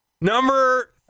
Number